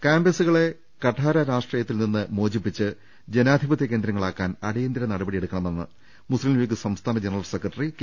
ക്യാമ്പസ്സുകളെ കഠാര രാഷ്ട്രീയത്തിൽനിന്ന് മോചിപ്പിച്ച് ജനാധിപത്യ കേന്ദ്രങ്ങളാക്കാൻ അടിയന്തിര നടപടിയെടുക്ക ണമെന്ന് മുസ്ലിംലീഗ് സംസ്ഥാന ജനറൽ സെക്രട്ടറി കെ